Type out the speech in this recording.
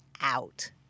out